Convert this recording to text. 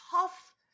tough